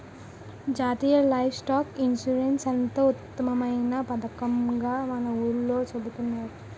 జాతీయ livestock insurance ఎంతో ఉత్తమమైన పదకంగా మన ఊర్లో చెబుతున్నారు